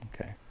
Okay